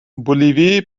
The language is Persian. بولیوی